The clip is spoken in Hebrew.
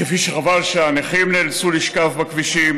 כפי שחבל שהנכים נאלצו לשכב בכבישים